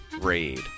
raid